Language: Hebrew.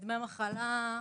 דמי מחלה,